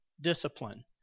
discipline